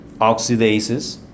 Oxidases